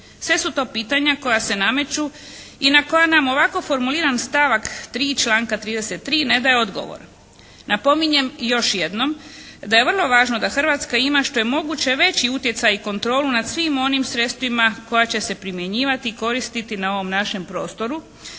Sve su to pitanja koja se nameću i na koja nam ovako formuliran stavak 3. članka 33. ne daje odgovor. Napominjem još jednom da je vrlo važno da Hrvatska ima što je moguće veći utjecaj i na kontrolu nad svim onim sredstvima koja će se primjenjivati i koristiti na ovom našem prostoru